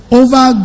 over